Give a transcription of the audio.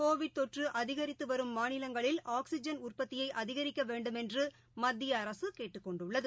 கோவிட்தொற்றுஅதிகரித்துவரும் மாநிலங்களில் ஆக்ஸிஐன் உற்பத்தியைஅதிகரிக்கவேண்டுமென்றுமத்தியஅரசுகேட்டுக் கொண்டுள்ளது